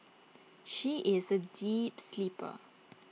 she is A deep sleeper